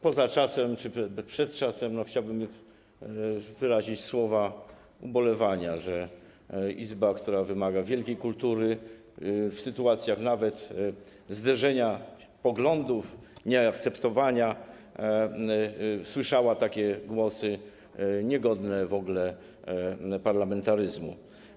Poza czasem czy przed czasem chciałbym wyrazić słowa ubolewania, że Izba, która wymaga wielkiej kultury w sytuacjach nawet zderzenia poglądów, nieakceptowania, słyszała takie głosy niegodne w ogóle parlamentaryzmu.